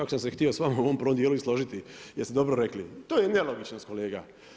Čak sam se htio s vama u ovom prvom djelu i složiti jer ste dobro rekli, to je nelogičnost, kolega.